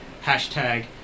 hashtag